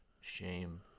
shame